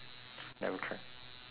never cry